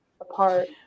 apart